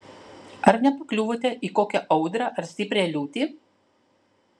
ar nepakliuvote į kokią audrą ar stiprią liūtį